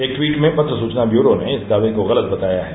एक ट्वीट में पत्र सुचना ब्यूरो ने इस दावे को गलत बताया है